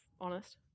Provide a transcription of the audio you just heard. honest